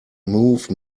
move